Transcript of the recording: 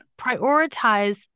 prioritize